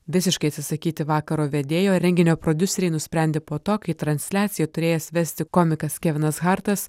visiškai atsisakyti vakaro vedėjo renginio prodiuseriai nusprendė po to kai transliaciją turės vesti komikas kevinas hartas